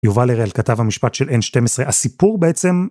יובל הראל כתב המשפט של N12 הסיפור בעצם.